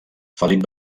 felip